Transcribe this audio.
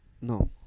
No